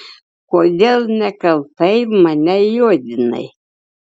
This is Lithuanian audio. kodėl nekaltai mane juodinai